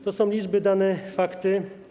To są liczby, dane, fakty.